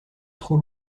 trop